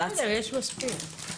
בסדר, יש מספיק.